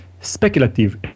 speculative